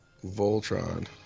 Voltron